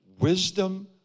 Wisdom